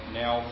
now